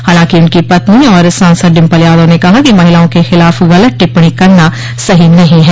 हालांकि उनकी पत्नी और सांसद डिंपल यादव ने कहा कि महिलाओं के खिलाफ गलत टिप्पणी करना सहो नहीं है